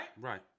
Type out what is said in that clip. Right